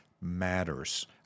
matters